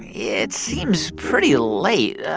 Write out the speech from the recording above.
it seems pretty late.